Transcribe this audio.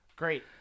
Great